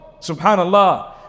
subhanallah